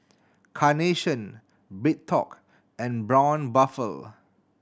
Carnation BreadTalk and Braun Buffel